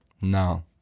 no